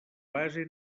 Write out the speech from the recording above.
base